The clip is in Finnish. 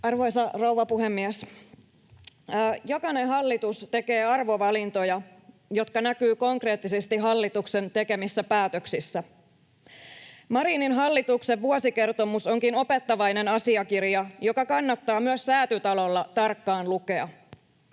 Arvoisa rouva puhemies! Jokainen hallitus tekee arvovalintoja, jotka näkyvät konkreettisesti hallituksen tekemissä päätöksissä. Marinin hallituksen vuosikertomus onkin opettavainen asiakirja, joka kannattaa myös Säätytalolla tarkkaan lukea.